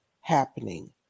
happening